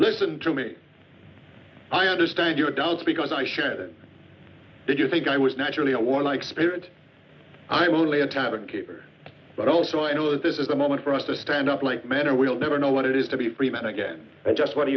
listen to me i understand your doubts because i sure did you think i was naturally a war like spirit i'm only a tavern keeper but also i know that this is a moment for us to stand up like man or we'll never know what it is to be free men again just what